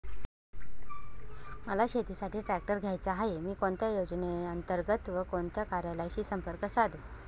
मला शेतीसाठी ट्रॅक्टर घ्यायचा आहे, मी कोणत्या योजने अंतर्गत व कोणत्या कार्यालयाशी संपर्क साधू?